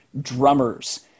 drummers